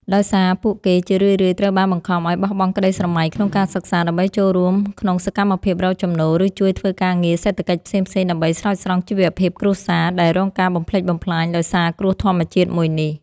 ដោយសារពួកគេជារឿយៗត្រូវបានបង្ខំឱ្យបោះបង់ក្ដីស្រមៃក្នុងការសិក្សា ដើម្បីចូលរួមក្នុងសកម្មភាពរកចំណូល ឬជួយធ្វើការងារសេដ្ឋកិច្ចផ្សេងៗដើម្បីស្រោចស្រង់ជីវភាពគ្រួសារដែលរងការបំផ្លិចបំផ្លាញដោយសារគ្រោះធម្មជាតិមួយនេះ។